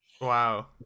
Wow